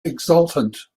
exultant